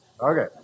Okay